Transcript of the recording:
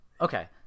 Okay